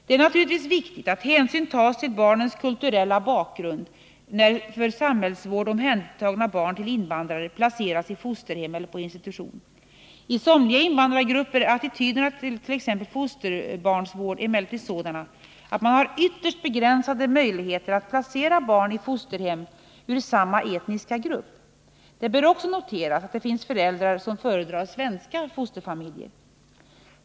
Det är naturligtvis viktigt att hänsyn tas till barnens kulturella bakgrund när för samhällsvård omhändertagna barn till invandrare placeras i fosterhem eller på institution. I somliga invandrargrupper är attityderna till t.ex. fosterbarnsvård emellertid sådana, att man har ytterst begränsade möjligheter att placera barn i fosterhem ur samma etniska grupp. Det bör också noteras att det finns föräldrar som föredrar svenska fosterfamiljer.